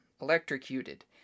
electrocuted